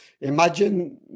imagine